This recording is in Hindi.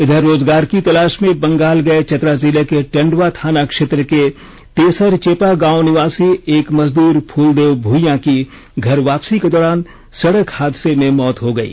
उधर रोजगार की तलाश में बंगाल गए चतरा जिले के टंडवा थाना क्षेत्र के तेसरचेपा गांव निवासी एक मजदूर फूलदेव भुईयां की घर वापसी के दौरान सड़क हादसे में मौत हो गई